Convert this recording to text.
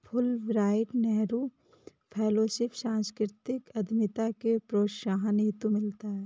Fulbright Nehru fellowship सांस्कृतिक उद्यमिता के प्रोत्साहन हेतु मिलता है